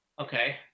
Okay